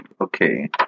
Okay